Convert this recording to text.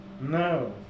No